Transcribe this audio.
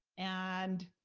and